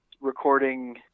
recording